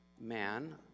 man